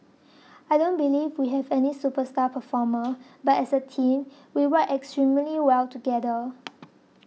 I don't believe we have any superstar performer but as a team we work extremely well together